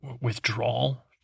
withdrawal